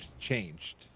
changed